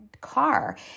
car